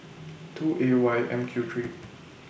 two A Y M Q three